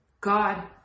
God